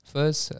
First